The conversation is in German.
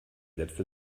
letzte